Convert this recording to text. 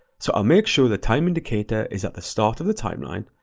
so i'll make sure the time indicator is at the start of the timeline,